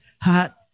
hot